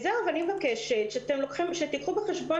אני עם עוד שלושה ילדים בבית, המצב פשוט